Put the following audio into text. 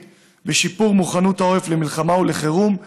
בשיפור מוכנות העורף למלחמה ולחירום,